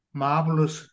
marvelous